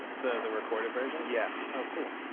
the the recorded version? yeah. oh, cool,